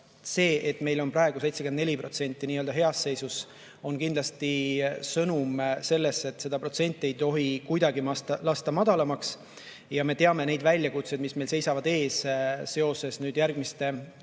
see, et meil on praegu 74% nii-öelda heas seisus, on kindlasti sõnum sellest, et seda protsenti ei tohi kuidagi lasta madalamaks. Me teame neid väljakutseid, mis seisavad meil ees järgmistel aastatel,